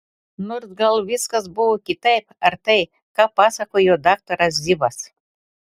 nors gal viskas buvo kitaip ir tai ką pasakojo daktaras zivas